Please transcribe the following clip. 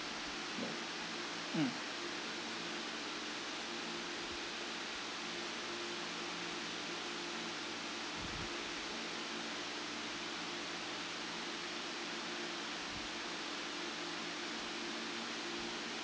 mm